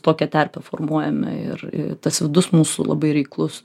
tokią terpę formuojame ir tas vidus mūsų labai reiklus